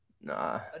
Nah